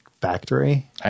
factory